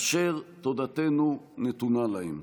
אשר תודתנו נתונה להם.